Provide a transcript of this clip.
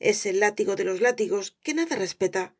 es el látigo de los látigos que nada respeta